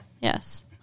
Yes